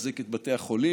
לחזק את בתי החולים,